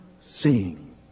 seeing